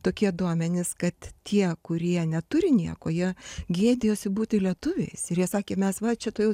tokie duomenys kad tie kurie neturi nieko jie gėdijosi būti lietuviais ir jie sakė mes va čia tuojau